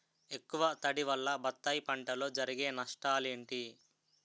ఎక్కువ తడి వల్ల బత్తాయి పంటలో జరిగే నష్టాలేంటి?